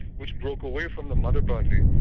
which broke away from the mother party,